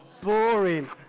boring